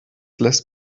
lässt